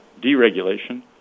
deregulation